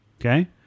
okay